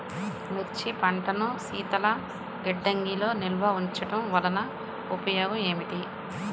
మిర్చి పంటను శీతల గిడ్డంగిలో నిల్వ ఉంచటం వలన ఉపయోగం ఏమిటి?